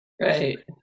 Right